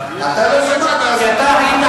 נתון, נוסף, שרק השנה